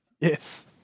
yes